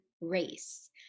race